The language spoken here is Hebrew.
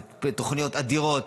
אלה תוכניות אדירות,